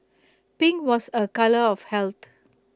pink was A colour of health